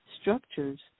structures